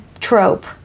trope